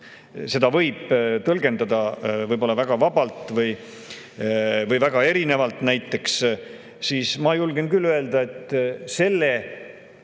seda võib tõlgendada väga vabalt või väga erinevalt, siis ma julgen küll öelda, et selle